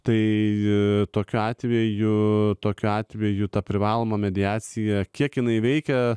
tai tokiu atveju tokiu atveju ta privaloma mediacija kiek jinai veikia